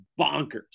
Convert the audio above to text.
bonkers